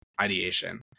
ideation